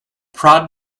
prod